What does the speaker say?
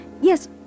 Yes